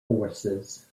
forces